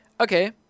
Okay